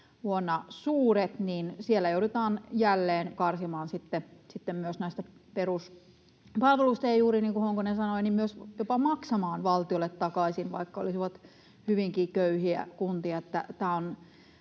vuonna 2022 suuret, joudutaan jälleen karsimaan sitten myös näistä peruspalveluista, ja juuri niin kuin Honkonen sanoi, myös jopa maksamaan valtiolle takaisin, vaikka olisivat hyvinkin köyhiä kuntia.